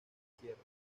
izquierda